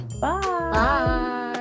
Bye